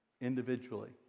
individually